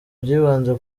byibanze